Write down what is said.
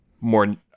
more